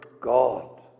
God